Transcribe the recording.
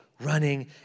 running